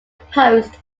post